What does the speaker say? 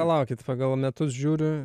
palaukit pagal metus žiūriu